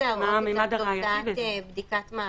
לבין מקום שקשה לחשב את התפוסה כי אין מושבים ולכן